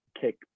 kick